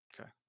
Okay